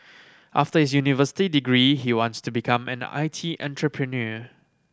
after his university degree he wants to become an I T entrepreneur